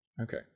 Okay